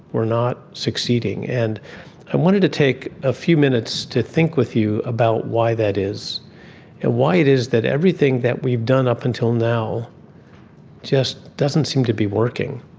are not succeeding, and i wanted to take a few minutes to think with you about why that is and why it is that everything that we've done up until now just doesn't seem to be working.